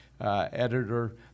editor